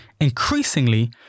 increasingly